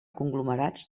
conglomerats